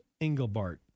Engelbart